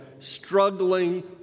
Struggling